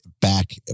back